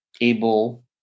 able